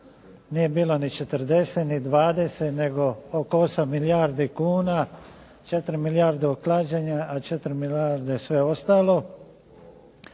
Nije bilo ni 40, ni 20, nego oko 8 milijardi kuna. 4 milijarde u klađenje, a 4 milijarde sve ostalo.